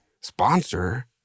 sponsor